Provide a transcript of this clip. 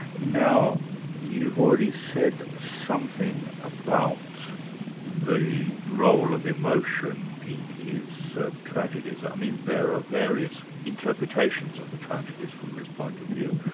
now you've already said something about the role of emotion in his tragedies. i mean there are ah various interpretations of the tragedies from this point of view,